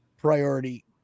Priority